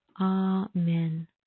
amen